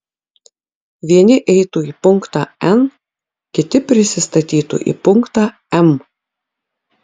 vieni eitų į punktą n kiti prisistatytų į punktą m